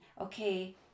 okay